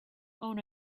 own